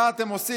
מה אתם עושים?